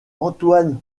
antoine